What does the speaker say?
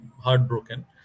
heartbroken